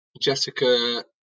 Jessica